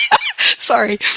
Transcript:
Sorry